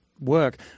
work